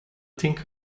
think